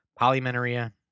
polymenorrhea